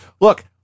Look